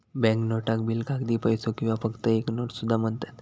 bank नोटाक bill, कागदी पैसो किंवा फक्त एक नोट सुद्धा म्हणतत